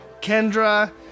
kendra